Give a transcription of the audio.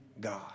God